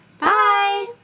Bye